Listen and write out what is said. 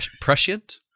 prescient